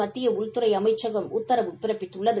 மத்திய உள்துறை அமைச்சகம் உத்தரவு பிறப்பித்துள்ளது